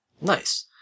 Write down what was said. Nice